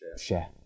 share